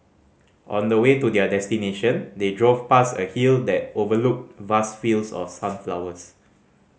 on the way to their destination they drove past a hill that overlooked vast fields of sunflowers